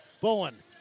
Bowen